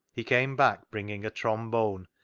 he came back bringing a trombone,